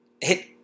hit